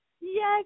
Yes